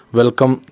welcome